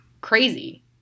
crazy